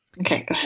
Okay